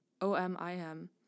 OMIM